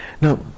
Now